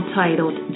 titled